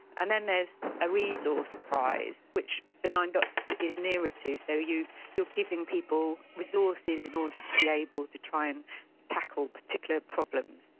and then there's a resource prize, which nine dots is nearer to, so you you are giving people resources in order to be able to try and tackle particular problems.